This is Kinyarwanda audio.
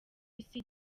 isi